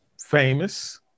famous